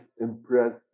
impressed